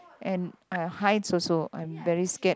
and height also I'm very scared